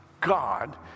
God